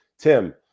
Tim